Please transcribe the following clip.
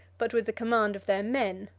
but with the command of their men